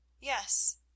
Yes